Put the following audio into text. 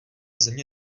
země